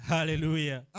Hallelujah